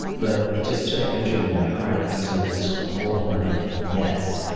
but it just sort of entered in my heart. it it was, like, this wholehearted yes.